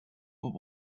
but